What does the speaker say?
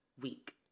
week